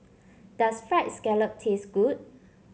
does fried scallop taste good